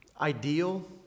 ideal